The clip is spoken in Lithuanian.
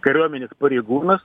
kariuomenės pareigūnas